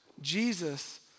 Jesus